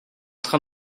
train